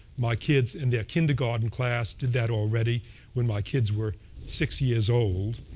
my kids in their kindergarten class did that already when my kids were six years old.